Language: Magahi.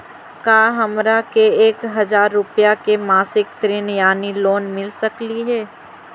का हमरा के एक हजार रुपया के मासिक ऋण यानी लोन मिल सकली हे?